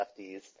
lefties